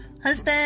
Husband